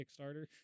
Kickstarter